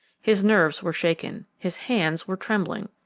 his nerves were shaken, his hands were trembling,